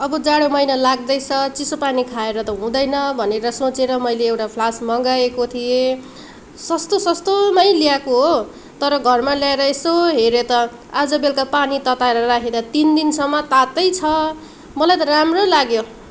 अब जाडो महिना लाग्दैछ चिसो पानी खाएर त हुँदैन भनेर सोचेर मैले एउटा फ्लास्क मँगाएको थिएँ सस्तो सस्तोमै ल्याएको हो तर घरमा ल्याएर यसो हेरेँ त आज बेलुका पानी तताएर राख्दा तिन दिनसम्म तातै छ मलाई त राम्रै लाग्यो